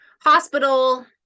hospital